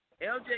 LJ